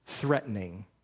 threatening